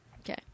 Okay